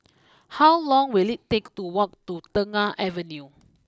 how long will it take to walk to Tengah Avenue